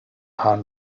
hahn